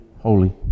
holy